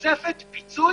תוספת פיצוי